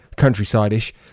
countryside-ish